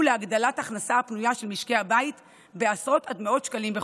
להגדלת ההכנסה הפנויה של משקי הבית בעשרות עד מאות שקלים בחודש.